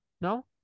no